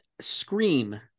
scream